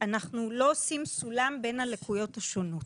אנחנו לא עושים סולם בין הלקויות השונות.